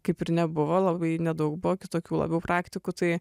kaip ir nebuvo labai nedaug buvo kitokių labiau praktikų tai